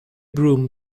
broom